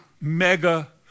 mega